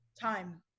Time